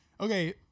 Okay